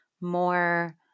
more